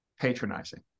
patronizing